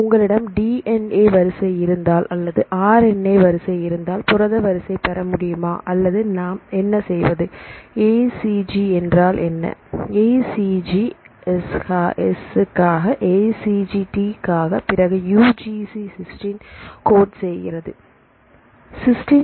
உங்களிடம் டிஎன்ஏ வரிசை இருந்தால் அல்லது ஆர் என் ஏ வரிசை இருந்தால் புரத வரிசை பெற முடியுமா அல்லது நாம் என்ன செய்வது ஏசிஜி என்றால் என்ன ஏஜிசி எஸ்ற் காக ஏசிசி டி காக பிறகு யுஜிசி சிஸ்டின் கோட் செய்கிறது சிஸ்டின்